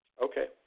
Okay